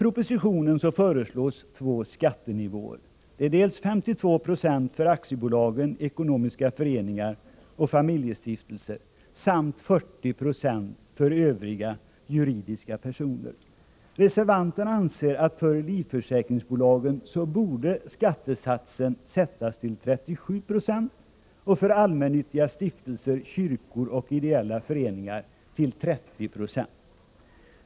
Reservanterna anser att skattesatsen för livförsäkringsbolagen borde sättas till 37 96 och för allmännyttiga stiftelser, kyrkor och ideella föreningar till 30 76.